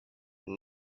and